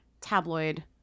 tabloid